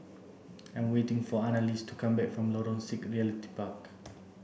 I'm waiting for Annalise to come back from Lorong six Realty Park